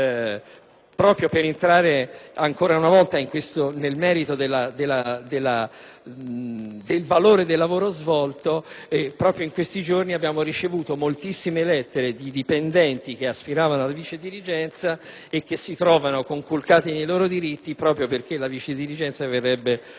ma - per entrare ancora una volta nel merito del valore del lavoro svolto - proprio in questi giorni abbiamo ricevuto moltissime lettere di dipendenti che aspiravano alla vicedirigenza e che si trovano conculcati nei loro diritti proprio perché la vicedirigenza verrebbe abolita.